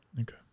Okay